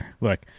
look